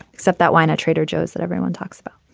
except that wine trader joe's that everyone talks about